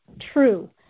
true